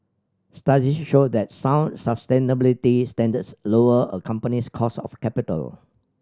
studies show that sound sustainability standards lower a company's cost of capital